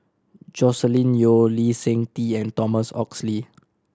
Joscelin Yeo Lee Seng Tee and Thomas Oxley